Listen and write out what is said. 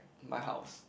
my house